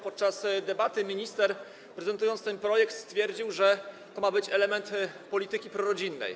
Podczas debaty minister prezentujący ten projekt stwierdził, że to ma być element polityki prorodzinnej.